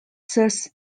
suspicion